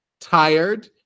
tired